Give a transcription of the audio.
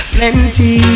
Plenty